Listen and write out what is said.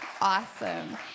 awesome